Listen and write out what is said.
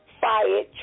fired